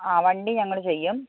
ആ വണ്ടി ഞങ്ങൾ ചെയ്യും